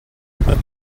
that